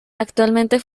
actualmente